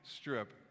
strip